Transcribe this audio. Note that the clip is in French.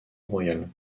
royal